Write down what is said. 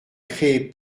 créez